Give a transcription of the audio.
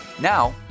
Now